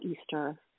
Easter